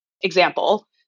example